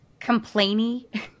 complainy